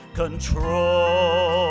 control